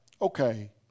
Okay